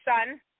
son